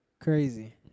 Crazy